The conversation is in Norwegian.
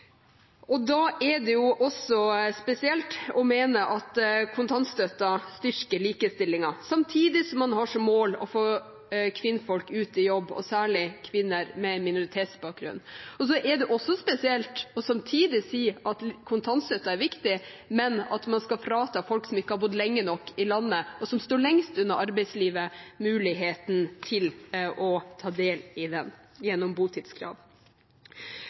Da er det også spesielt å mene at kontantstøtten styrker likestillingen, samtidig som man har som mål å få kvinnfolk ut i jobb, og særlig kvinner med minoritetsbakgrunn. Det er også spesielt samtidig å si at kontantstøtte er viktig, men at man gjennom botidskrav skal frata folk som ikke har bodd lenge nok i landet og står lengst unna arbeidslivet, muligheten til å ta del i den.